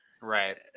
Right